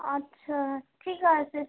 আচ্ছা ঠিক আছে